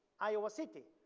iowa city,